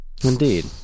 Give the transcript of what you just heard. Indeed